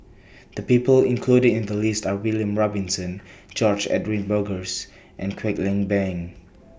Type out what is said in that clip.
The People included in The list Are William Robinson George Edwin Bogaars and Kwek Leng Beng